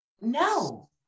no